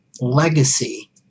legacy